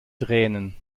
tränen